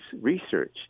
research